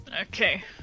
Okay